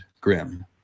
grim